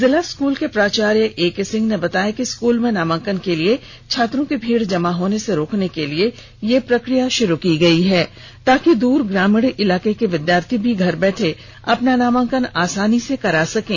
जिला स्कूल के प्राचार्य एके सिंह ने बताया कि स्कूल में नामांकन के लिए छात्रों की भीड़ जमा होने से रोकने के लिए यह प्रक्रिया शुरू की गई है ताकि दूर ग्रामीण इलाके के विद्यार्थी भी घर बैठे अपना नामांकन आसानी से करा सकें